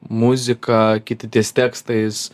muzika kiti ties tekstais